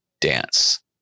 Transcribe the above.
dance